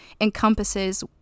encompasses